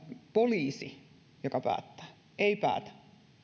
poliisi joka päättää ei päätä